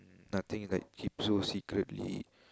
nothing like keep so secretly